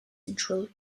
central